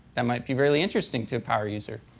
that might be really interesting to a power user.